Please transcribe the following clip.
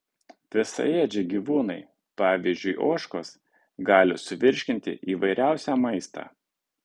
visaėdžiai gyvūnai pavyzdžiui ožkos gali suvirškinti įvairiausią maistą